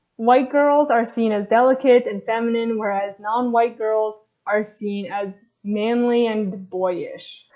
white girls are seen as delicate and feminine whereas non-white girls are seen as manly and boyish,